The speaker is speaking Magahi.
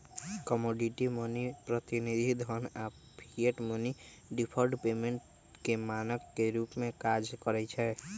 कमोडिटी मनी, प्रतिनिधि धन आऽ फिएट मनी डिफर्ड पेमेंट के मानक के रूप में काज करइ छै